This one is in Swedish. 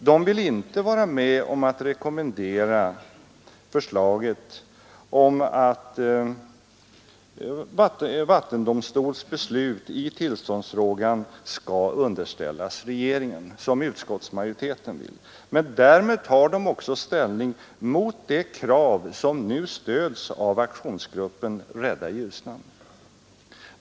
De vill inte vara med om förslaget att ett vattendomstolsbeslut i tillståndsfrågan skall underställas regeringen, som utskottsmajoriteten vill. Därmed tar de också ställning mot de krav som nu stöds av aktionsgruppen Rädda Ljusnan.